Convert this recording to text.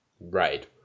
Right